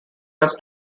does